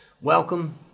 Welcome